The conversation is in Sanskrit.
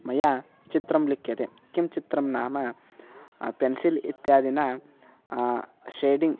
मया चित्रं लिख्यते किं चित्रं नाम पेन्सिल् इत्यादिना शेडिङ्ग्